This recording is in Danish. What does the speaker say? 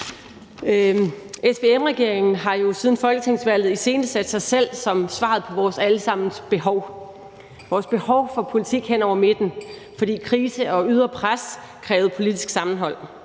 SVM-regeringen har jo siden folketingsvalget iscenesat sig selv som svaret på vores alle sammens behov for politik hen over midten, fordi krise og ydre pres krævede politisk sammenhold.